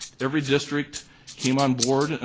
every district came onboard.